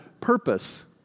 purpose